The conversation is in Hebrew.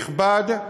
פרויקט נכבד,